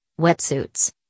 wetsuits